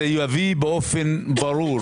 זה יביא באופן ברור